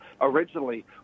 originally